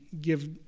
give